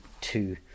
two